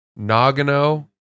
Nagano